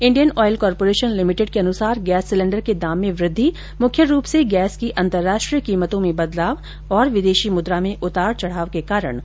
Indian oil corporation limited के अनुसार gas cylinder के दाम में वृद्धि मुख्य रूप से गैस की अंतरराष्ट्रीय कीमतों में बदलाव और विदेशी मुद्रा में उतार चढाव के कारण करनी पड़ी है